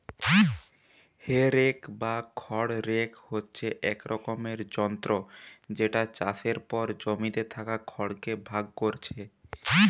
হে rake বা খড় rake হচ্ছে এক রকমের যন্ত্র যেটা চাষের পর জমিতে থাকা খড় কে ভাগ কোরছে